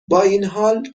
بااینحال